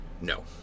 no